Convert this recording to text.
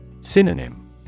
Synonym